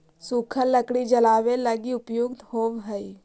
सूखल लकड़ी जलावे लगी उपयुक्त होवऽ हई